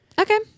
Okay